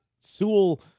Sewell